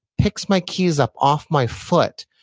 picks my keys up off my foot,